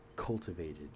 cultivated